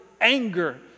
anger